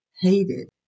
hated